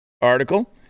article